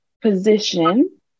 position